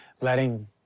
letting